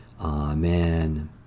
Amen